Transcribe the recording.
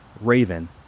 Raven